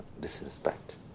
disrespect